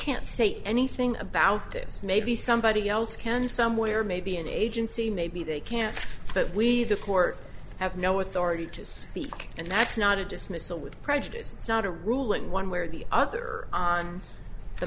can't say anything about this maybe somebody else can somewhere maybe an agency maybe they can't but we the court have no authority to speak and that's not a dismissal with prejudice it's not a ruling one way or the other on the